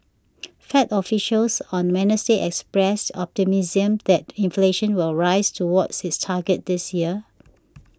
fed officials on Wednesday expressed optimism that inflation will rise toward its target this year